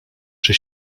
czy